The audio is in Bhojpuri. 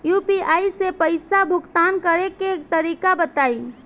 यू.पी.आई से पईसा भुगतान करे के तरीका बताई?